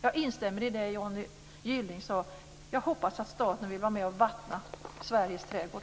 Jag instämmer i det som Johnny Gylling sade; jag hoppas att staten vill vara med och vattna Sveriges trädgård.